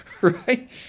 right